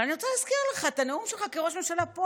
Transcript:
אבל אני רוצה להזכיר לך את הנאום שלך כראש ממשלה פה,